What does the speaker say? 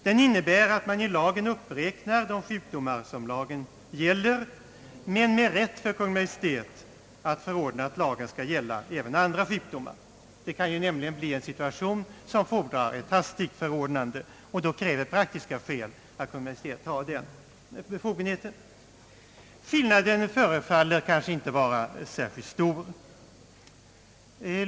Den innebär att man i lagen uppräknar de sjukdomar som lagen gäller men med rätt för Kungl. Maj:t att förordna att lagen skall gälla även för andra sjukdomar. Det kan nämligen bli en situation som fordrar ett hastigt förordnande, och då kräver praktiska skäl att Kungl. Maj:t har den befogenheten. Skillnaden förefaller kanske inte vara särskilt stor.